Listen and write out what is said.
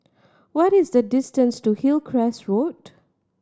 what is the distance to Hillcrest Road